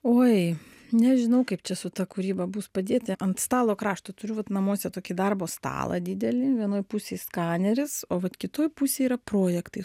oi nežinau kaip čia su ta kūryba bus padėti ant stalo krašto turiu vat namuose tokį darbo stalą didelį vienoj pusėj skaneris o vat kitoj pusėj yra projektai